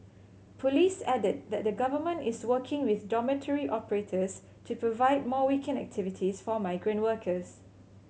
police added that the Government is working with dormitory operators to provide more weekend activities for migrant workers